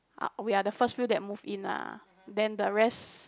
uh we are the first few that move in lah then the rest